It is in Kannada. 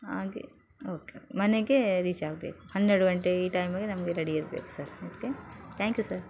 ಹಾಗೆ ಓಕೆ ಮನೆಗೆ ರೀಚ್ ಆಗಬೇಕು ಹನ್ನೆರಡು ಗಂಟೆ ಈ ಟೈಮಲ್ಲಿ ನಮಗೆ ರೆಡಿ ಇರ್ಬೇಕು sir okay thank you sir